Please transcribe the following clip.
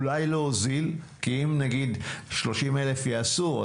אולי להוזיל כי אם 30,000 יעשו,